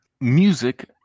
Music